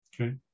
Okay